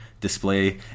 display